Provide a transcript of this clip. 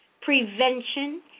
prevention